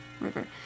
river